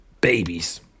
babies